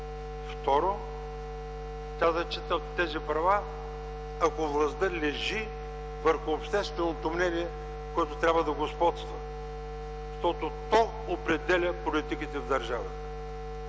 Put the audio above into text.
Второ, тя зачита тези права, ако властта лежи върху общественото мнение, което трябва да господства, защото то определя политиките в държавата.